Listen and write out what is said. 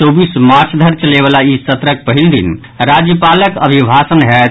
चौबीस मार्च धरि चलयबला ई सत्रक पहिल दिन राज्यपालक अभिभाषण होयत